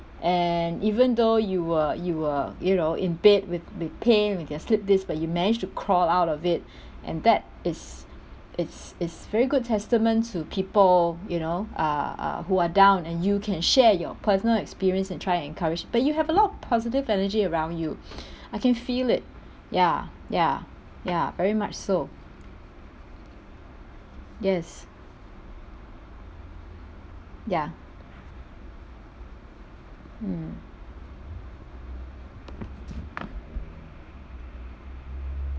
and even though you were you were you know in bed with with pain with your slipped disc but you manage to crawl out of it and that is it's it's very good testament to people you know uh uh who are down and you can share your personal experience and try and encourage but you have a lot of positive energy around you I can feel it ya ya ya very much so yes ya mm